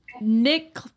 Nick